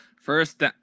First